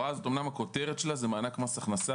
אמנם הכותרת של ההוראה הזאת היא "מענק מס הכנסה"